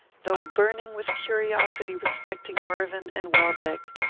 though burning with curiosity respecting mervyn and welbeck,